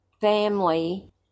family